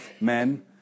men